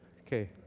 Okay